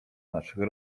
naszych